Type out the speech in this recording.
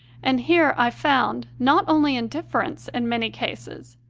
and here i found, not only indifference in many cases,